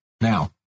Now